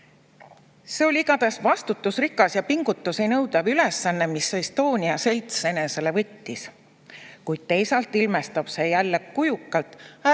"See oli igatahes vastutusrikas ja pingutusinõudev ülesanne, mis "Estonia" selts enesele võttis, kuid teisalt ilmestab see jälle kujukalt